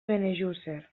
benejússer